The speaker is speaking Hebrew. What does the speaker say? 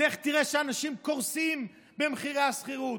לך תראה שאנשים קורסים במחירי השכירות,